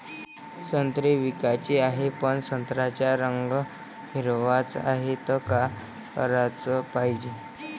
संत्रे विकाचे हाये, पन संत्र्याचा रंग हिरवाच हाये, त का कराच पायजे?